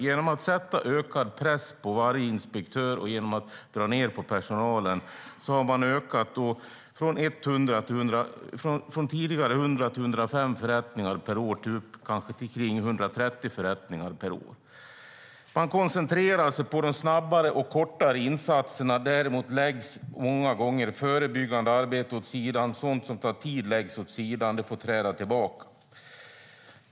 Genom att sätta ökad press på varje inspektör och genom att dra ned på personalen har man ökat från tidigare 100-105 förrättningar per år till kanske 130 förrättningar per år. Man koncentrerar sig på de snabbare och kortare insatserna, men däremot läggs många gånger förebyggande arbete åt sidan. Sådant som tar tid läggs åt sidan; det får träda tillbaka.